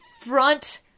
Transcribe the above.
front